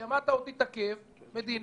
כי --- עוד תתעכב מדינית,